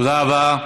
תודה רבה.